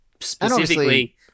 Specifically